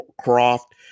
Croft